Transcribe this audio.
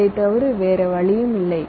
இதை தவிர வேறு வழியில்லை